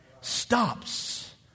stops